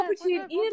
opportunity